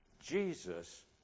Jesus